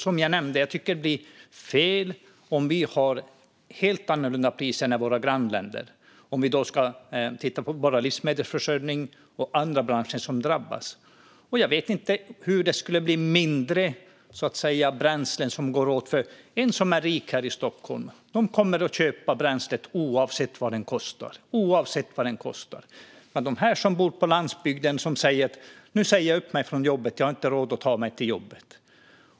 Som jag nämnde tycker jag att det blir fel om vi har helt andra priser än våra grannländer. Vi kan titta på vår livsmedelsförsörjning och andra branscher som drabbas. Jag vet inte hur det skulle gå åt mindre bränsle. Den här i Stockholm som är rik kommer att köpa bränsle oavsett vad det kostar. Men de som bor på landsbygden säger att de ska säga upp sig från jobbet för att de inte har råd att ta sig dit.